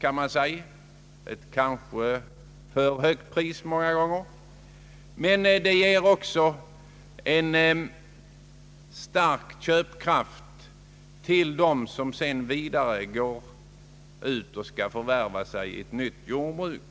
Härigenom förfogar sedan säljaren över en mycket stor köpkraft, när han skall förvärva ett nytt jordbruk.